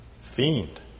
fiend